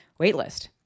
waitlist